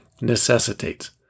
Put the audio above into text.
necessitates